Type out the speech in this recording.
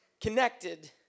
connected